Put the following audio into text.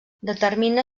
determina